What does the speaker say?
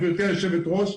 גברתי יושבת הראש,